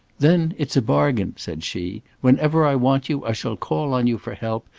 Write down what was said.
then, it's a bargain, said she whenever i want you, i shall call on you for help,